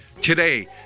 today